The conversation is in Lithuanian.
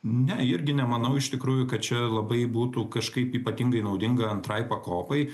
ne irgi nemanau iš tikrųjų kad čia labai būtų kažkaip ypatingai naudinga antrai pakopai